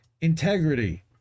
integrity